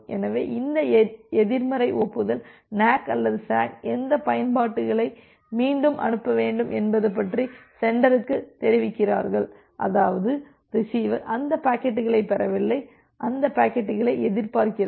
எனவே இந்த எதிர்மறை ஒப்புதல் நேக் அல்லது சேக் எந்த பாக்கெட்டுகளை மீண்டும் அனுப்ப வேண்டும் என்பது பற்றி சென்டருக்கு தெரிவிக்கிறார்கள் அதாவது ரிசீவர் அந்த பாக்கெட்டுகளைப் பெறவில்லை அந்த பாக்கெட்டுகளை எதிர்பார்க்கிறது